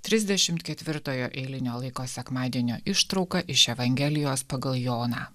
trisdešimt ketvirtojo eilinio laiko sekmadienio ištrauka iš evangelijos pagal joną